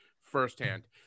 firsthand